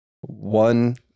One